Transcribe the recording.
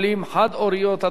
התשע"ב 2011,